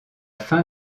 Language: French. fin